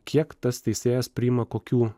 kiek tas teisėjas priima kokių